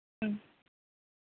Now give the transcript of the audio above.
ம்